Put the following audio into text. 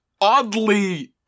oddly